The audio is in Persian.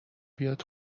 بیاد